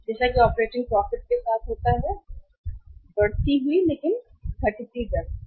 जैसा कि operating profit के साथ होता है वैसा ही ऑपरेटिंग प्रॉफिट भी होता है बढ़ती हुई लेकिन घटती दर पर